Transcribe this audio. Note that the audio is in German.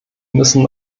müssen